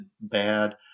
bad